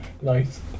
nice